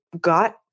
got